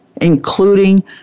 including